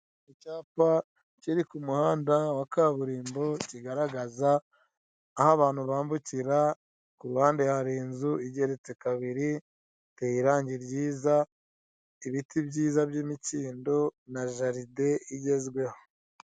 Icyapa kiri ku muhanda wa kaburimbo kigaragaza aho abantu bambukira, kuruhande hari inzu igeretse kabiri, iteye irangi ryiza, ibiti byiza by'imikindo, na jaride igezweho.